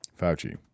Fauci